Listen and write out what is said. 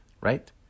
right